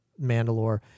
Mandalore